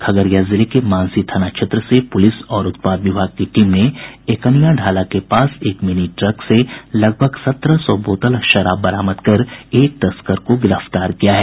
खगड़िया जिले के मानसी थाना क्षेत्र से पुलिस और उत्पाद विभाग की टीम एकनिया ढाला के पास एक मिनी ट्रक से लगभग सत्रह सौ बोतल विदेशी शराब के साथ एक व्यक्ति को गिरफ्तार किया है